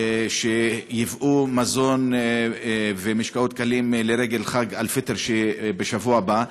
שייבאו מזון ומשקאות קלים לרגל חג אל-פיטר שבשבוע הבא,